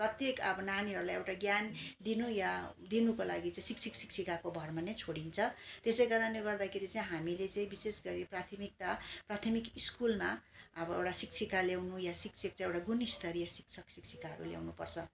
प्रत्येक अब नानीहरूलाई एउटा ज्ञान लिन या दिनको लागि चाहिँ शिक्षक शिक्षिकाको भरमा नै छोडिन्छ त्यसै कारणले गर्दाखेरि चाहिँ हामीले चाहिँ विशेष गरी प्राथमिकता प्राथमिक स्कुलमा अब एउटा शिक्षिका ल्याउनु या शिक्षक चाहिँ एउटा गुणस्तरीय शिक्षक शिक्षिकाहरू ल्याउनुपर्छ